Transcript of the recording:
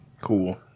Cool